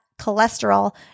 cholesterol